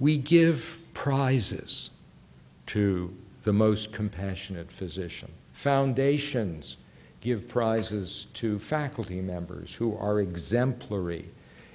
we give prizes to the most compassionate physician foundations give prizes to faculty members who are exemplary